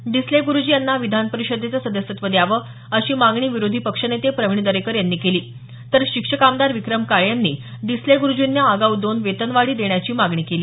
डिसले गुरूजी यांना विधान परिषदेचं सदस्यत्व द्यावं अशी मागणी विरोधी पक्षनेते प्रवीण दरेकर यांनी केली तर शिक्षक आमदार विक्रम काळे यांनी डिसले गुरूजींना आगाऊ दोन वेतनवाढी देण्याची मागणी केली